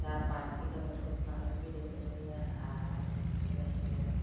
ᱪᱟᱨᱼᱯᱟᱸᱪ ᱠᱷᱚᱱᱟᱜ ᱞᱮ ᱠᱤᱨᱤᱧ ᱟᱹᱜᱩᱭᱟ ᱟᱨ ᱵᱷᱤᱛ ᱯᱤᱸᱰᱟᱹ ᱠᱚᱞᱮ